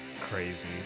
crazy